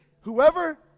Whoever